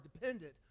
dependent